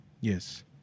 Yes